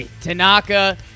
Tanaka